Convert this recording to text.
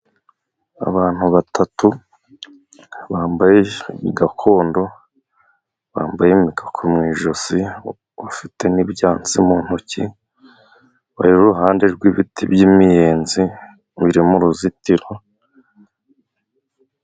Abantu batatu, bambaye gakondo, bambaye imikako mu ijosi, bafite n'ibyatsi mu ntoki bari iruhande rw'ibiti by'imiyenzi birimo uruzitiro.